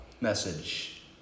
message